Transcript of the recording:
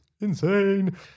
Insane